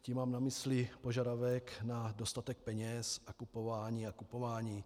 Tím mám na mysli požadavek na dostatek peněz a kupování a kupování.